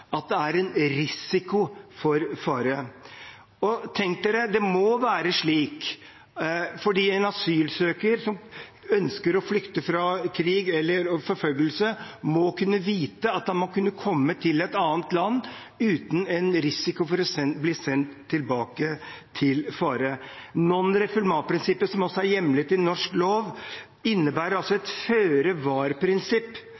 at det er risiko for fare. Tenk: Det må være slik, fordi en asylsøker som ønsker å flykte fra krig eller forfølgelse, må kunne vite at man kan komme til et annet land uten risiko for å bli sendt tilbake til fare. Non refoulement-prinsippet, som også er hjemlet i norsk lov, innebærer